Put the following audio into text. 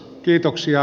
kiitoksia